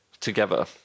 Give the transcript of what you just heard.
together